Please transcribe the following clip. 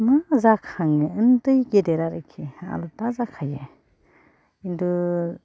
मा जाखाङो उन्दै गेदेर आरोखि आलदा जाखायो खिन्थु